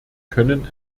können